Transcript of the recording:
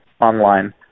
online